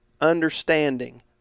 understanding